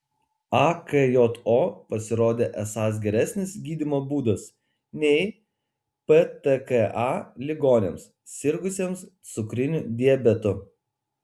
akjo pasirodė esąs geresnis gydymo būdas nei ptka ligoniams sirgusiems cukriniu diabetu